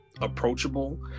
approachable